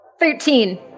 Thirteen